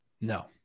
No